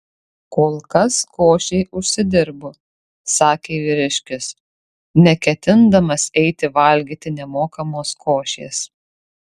kol kas košei užsidirbu sakė vyriškis neketindamas eiti valgyti nemokamos košės